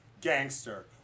gangster